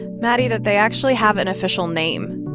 and maddie, that they actually have an official name.